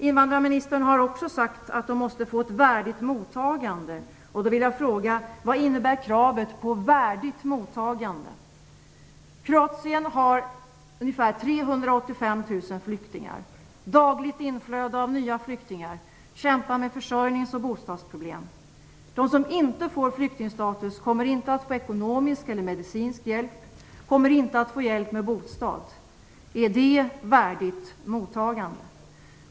Invandrarministern har också sagt att de måste få ett värdigt mottagande. Vad innebär kravet på värdigt mottagande? Kroatien har ca 385 000 flyktingar och ett dagligt inflöde av nya flyktingar. Man kämpar också med försörjnings och bostadsproblem. De som inte får flyktingstatus kommer inte att få ekonomisk eller medicinsk hjälp. De kommer inte heller att få hjälp med bostad. Är det ett värdigt mottagande?